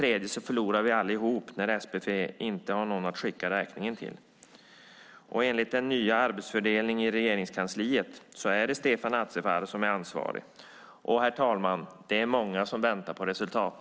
Sedan förlorar vi allihop när SPV inte har någon att skicka räkningen till. Enligt den nya arbetsfördelningen i Regeringskansliet är det Stefan Attefall som är ansvarig. Herr talman! Det är många som väntar på resultat.